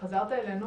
חזרת אלינו,